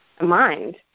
mind